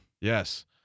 Yes